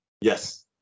Yes